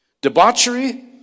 Debauchery